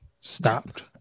stopped